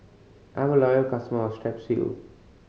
I'm a loyal customer of Strepsil